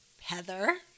heather